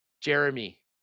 Jeremy